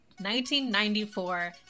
1994